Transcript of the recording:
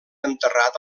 enterrat